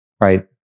right